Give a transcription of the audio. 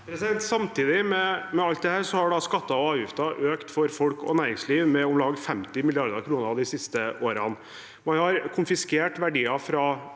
Samtidig med alt dette har skatter og avgifter økt for folk og næringsliv med om lag 50 mrd. kr de siste årene. Man har konfiskert verdier fra